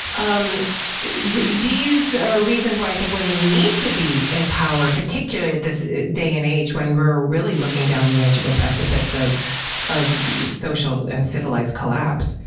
um these are reasons why i think women need to be in power, particularly at this day and age when we're really looking down the edge of a precipice of of social and civilized collapse.